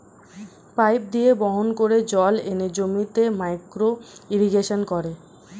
pipe দিয়ে বাহন করে জল এনে জমিতে মাইক্রো ইরিগেশন করে